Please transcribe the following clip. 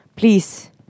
Please